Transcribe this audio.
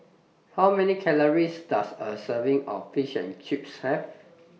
How Many Calories Does A Serving of Fish and Chips Have